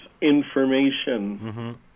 information